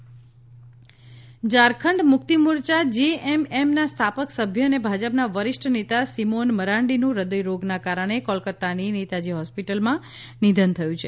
ઝારખંડ સિમોન મરાન્ડી ઝારખંડ મુક્તિ મોરચા જેએમએમના સ્થાપક સભ્ય અને ભાજપના વરિષ્ઠ નેતા સિમોન મરાંડીનું હૃદયરોગના કારણે કોલકાતાની નેતાજી હોસ્પિટલમાં નિધન થયું છે